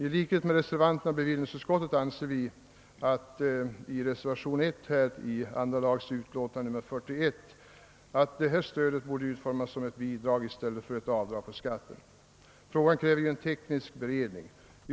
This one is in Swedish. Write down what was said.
I likhet med reservanterna i bevillningsutskottet anser vi i reservationen 1 i andra lagutskottets utlåtande nr 41 att stödet borde utformas som ett bidrag i stället för ett avdrag på skatten. Frågan kräver dock en teknisk beredning.